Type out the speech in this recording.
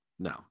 no